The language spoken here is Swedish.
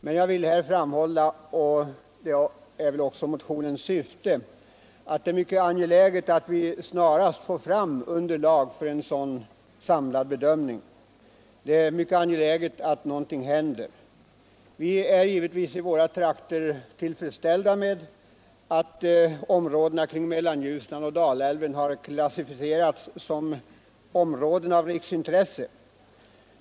Men jag vill framhålla motionens syfte att åtgärder skall vidtas så att vi snarast får fram underlag för en sådan samlad bedömning. Det är mycket angeläget att någonting händer. Vi är givetvis i våra trakter till freds med att områdena kring Mellanljusnan och Dalälven har klassificerats som områden av riksintresse.